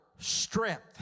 strength